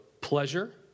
pleasure